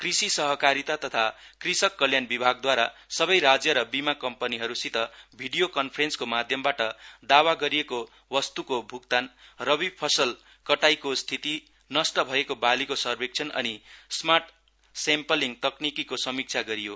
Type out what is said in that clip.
कृषि सहकारिता तथा कृषक कल्याण विभागद्वारा सबै राज्य र बीमा कम्पनीहरूसित भिडियो कन्फरेन्सको माध्यमबाट दावा गरिएको बस्त्को भ्क्तान रबी फसल कटाईको स्थिति नष्ट भएको बालीको सर्वेक्षण अनि स्मार्ट सेम्पलिङ तकनीकको समिक्षा गरियो